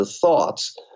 thoughts